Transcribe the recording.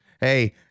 Hey